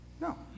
no